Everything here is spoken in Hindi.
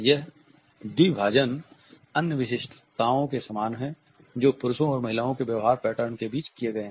यह द्विभाजन अन्य विशिष्टताओं के समान है जो पुरुषों और महिलाओं के व्यवहार पैटर्न के बीच किए गए हैं